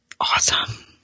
awesome